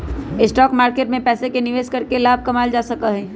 stock market में पैसे के निवेश करके लाभ कमावल जा सका हई